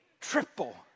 triple